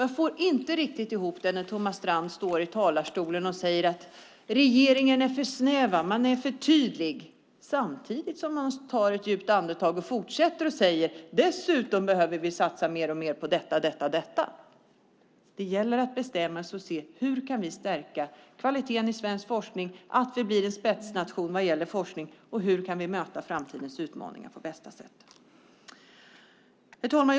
Jag får inte riktigt ihop det när Thomas Strand står i talarstolen och säger att regeringen är för snäv och för tydlig och sedan tar ett djupt andetag och fortsätter: Dessutom behöver vi satsa mer på detta, detta och detta. Det gäller att bestämma sig och se hur vi kan stärka kvaliteten i svensk forskning, hur vi kan se till att bli en spetsnation vad gäller forskning och hur vi kan möta framtidens utmaningar på bästa sätt. Fru talman!